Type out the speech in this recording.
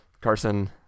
Carson